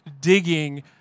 digging